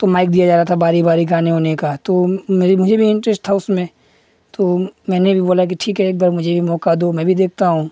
mic दिया जा रहा था बारी बारी गाने वाने का तो मुझे भी इन्टरेस्ट था उसमें तो मैंने भी बोला कि ठीक है एक बार मुझे भी मौक़ा दो मैं भी देखता हूँ